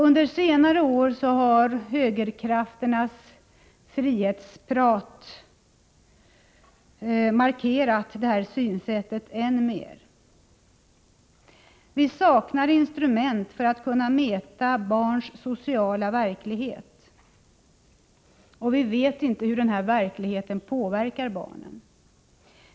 Under senare år har högerkrafternas frihetsprat markerat detta synsätt än mer. Vi saknar instrument för att kunna mäta barns sociala verklighet, och vi vet inte hur denna verklighet påverkar barnen.